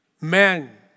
Man